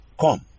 come